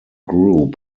group